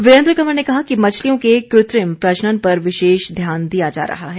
वीरेंद्र कंवर ने कहा कि मछलियों के कृत्रिम प्रजनन पर विशेष ध्यान दिया जा रहा है